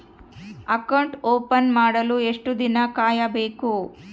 Account open ಮಾಡಲು ಎಷ್ಟು ದಿನ ಕಾಯಬೇಕು?